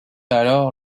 alors